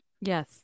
Yes